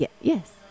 yes